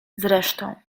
zresztą